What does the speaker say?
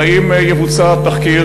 2. האם יבוצע התחקיר